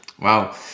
Wow